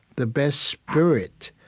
the best spirit,